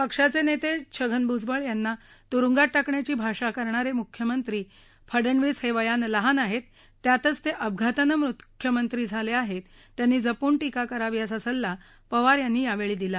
पक्षाचतित्ताक्रिंगन भूजबळ यांना तुरुंगात टाकण्याची भाषा करणारम्रिख्यमंत्री दक्षि फडणवीस हक्रियानं लहान आहता त्यातच तक्रिपघातानं मुख्यमंत्री झालक्रिहित त्यांनी जपून टीका करावीअसा सल्ला पवार यांनी यावर्षी दिला